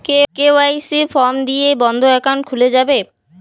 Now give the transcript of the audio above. KYC form দিয়ে কি বন্ধ একাউন্ট খুলে যাবে?